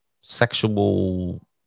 sexual